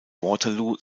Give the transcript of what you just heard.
waterloo